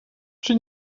czy